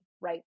right